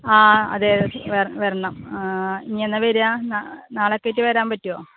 ആ അതെ വെര് വരണം ഇനി എന്നാണ് വരിക നാളെ എത്തിയിട്ട് വരാൻ പറ്റുമോ